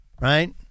Right